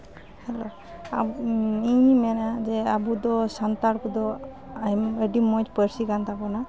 hello ᱤᱧ ᱢᱮᱱᱟ ᱡᱮ ᱟᱵᱚ ᱫᱚ ᱥᱟᱱᱛᱟᱲ ᱠᱚᱫᱚ ᱟᱭᱢᱟ ᱟᱹᱰᱤ ᱢᱚᱡᱽ ᱯᱟᱹᱨᱥᱤ ᱠᱟᱱ ᱛᱟᱵᱚᱱᱟ